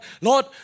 Lord